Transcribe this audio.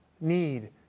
need